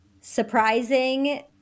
surprising